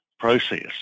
process